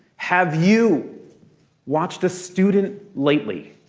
have you watched a student lately?